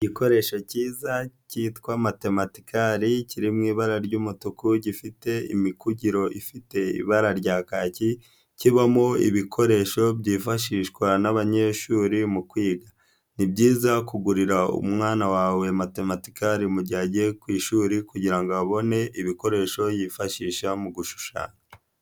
Igikoresho cyiza cyitwa matematikari kiri mu ibara ry'umutuku gifite imikugiro ifite ibara rya kaki, kibamo ibikoresho byifashishwa n'abanyeshuri mu kwiga, ni byiza kugurira umwana wawe matematikari mu gihe agiye ku ishuri kugira ngo abone ibikoresho yifashisha mu gushushanya.